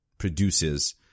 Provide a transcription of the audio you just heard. Produces